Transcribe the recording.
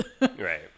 Right